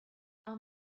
i’ll